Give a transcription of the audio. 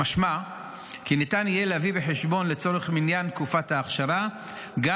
משמע כי לצורך מניין תקופת האכשרה ניתן